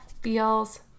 feels